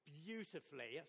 beautifully